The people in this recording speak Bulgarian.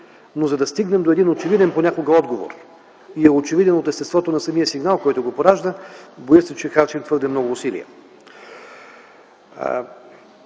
но за да стигнем до един понякога очевиден отговор и очевиден от естеството на самия сигнал, който го поражда, боя се, че харчим твърде много усилия.